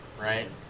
right